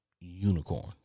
unicorns